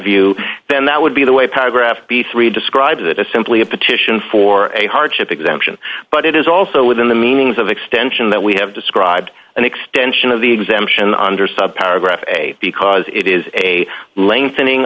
view then that would be the way paragraph b three describes it as simply a petition for a hardship exemption but it is also within the meanings of extension that we have described an extension of the exemption under subparagraph a because it is a l